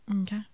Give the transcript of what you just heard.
okay